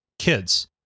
kids